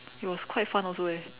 it was quite fun also eh